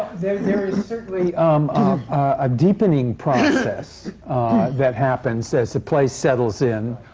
there is certainly um a deepening process that happens as the play settles in.